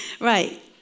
Right